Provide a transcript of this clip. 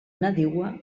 nadiua